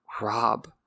Rob